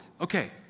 Okay